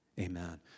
Amen